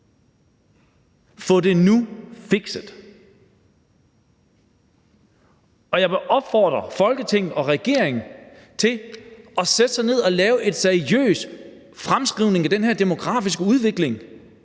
Få det nu fikset. Og jeg vil opfordre Folketinget og regeringen til at sætte sig ned og lave en seriøs fremskrivning af den her demografiske udvikling,